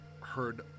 heard